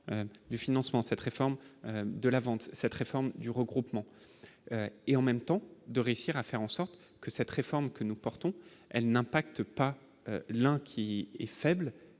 du financement cette réforme de la vente, cette réforme du regroupement et, en même temps de réussir à faire en sorte que cette réforme que nous portons, elle n'impacte pas l'un qui est faible et